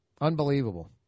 Unbelievable